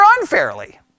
unfairly